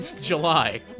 July